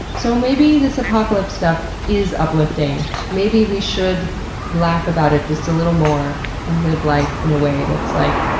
so, maybe this apocalypse stuff is uplifting. maybe we should laugh about it just a little more and live life in a way that's like,